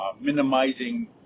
minimizing